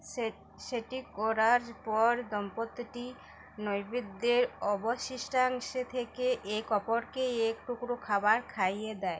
সে সেটি করার পর দম্পতিটি নৈবেদ্যের অবশিষ্টাংশে থেকে এক অপরকে এক টুকরো খাবার খাইয়ে দেয়